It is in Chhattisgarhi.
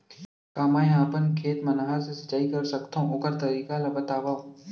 का मै ह अपन खेत मा नहर से सिंचाई कर सकथो, ओखर तरीका ला बतावव?